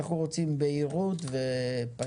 אנו רוצים פשטות ובהירות ומובנות